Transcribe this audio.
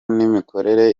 n’imikorere